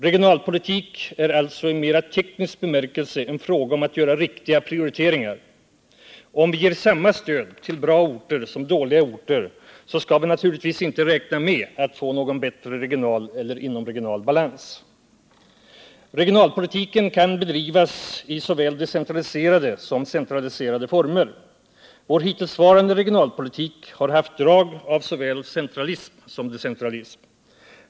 Regionalpolitik är alltså i mera teknisk bemärkelse en fråga om att göra riktiga prioriteringar. Om vi ger samma stöd till bra orter som till dåliga orter, skall vi naturligtvis inte räkna med att få någon bättre regional eller inomregional balans. Regionalpolitiken kan bedrivas i såväl decentraliserade som centraliserade former. Vår hittillsvarande regionalpolitik har haft drag av såväl centralism som decentralism.